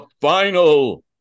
final